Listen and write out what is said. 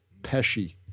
Pesci